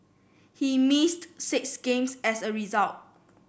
he missed six games as a result